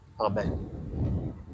Amen